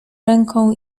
ręką